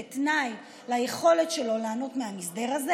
כתנאי ליכולת שלו ליהנות מההסדר הזה,